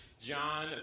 John